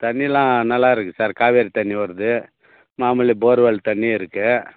தண்ணிலாம் நல்லா இருக்கு சார் காவேரி தண்ணி வருது நார்மல் போர்வல் தண்ணியும் இருக்கு